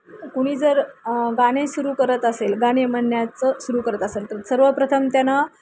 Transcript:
कुणी जर गाणे सुरू करत असेल गाणे म्हणण्याचं सुरू करत असेल तर सर्वप्रथम त्यांनं